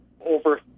over